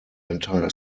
entire